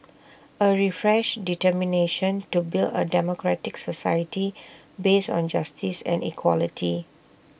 A refreshed determination to build A democratic society based on justice and equality